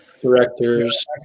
Directors